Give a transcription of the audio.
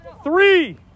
Three